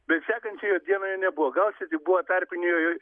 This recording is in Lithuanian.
bet sekančiąją dieną jo nebuvo gal čia tik buvo tarpinė jo jo